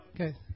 Okay